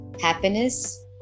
happiness